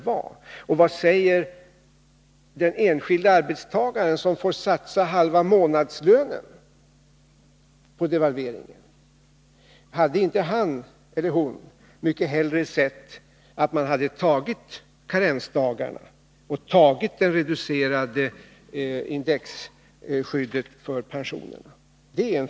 Vad säger den enskilde löntagaren som får satsa halva månadslönen på devalveringen? Hade inte hon eller han mycket hellre sett att vi hade genomfört karensdagarna och det reducerade indexskyddet för pensionerna?